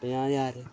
पजांह् ज्हार